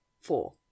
four